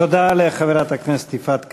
תודה לחברת הכנסת יפעת קריב.